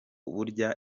burya